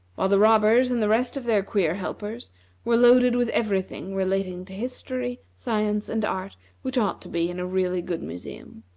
while the robbers and the rest of their queer helpers were loaded with every thing relating to history, science, and art which ought to be in a really good museum.